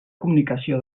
comunicació